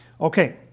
Okay